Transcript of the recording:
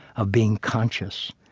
of being conscious.